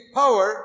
power